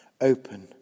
open